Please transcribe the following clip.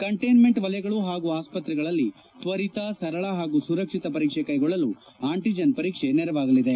containment ವಲಯಗಳು ಹಾಗೂ ಆಸ್ಪತ್ರೆಗಳಲ್ಲಿ ತ್ವರಿತ ಸರಳ ಹಾಗೂ ಸುರಕ್ಷಿತ ಪರೀಕ್ಷೆ ಕೈಗೊಳ್ಳಲು ಆಂಟಜನ್ ಪರೀಕ್ಷೆ ನೆರವಾಗಲಿದೆ